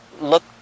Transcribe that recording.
look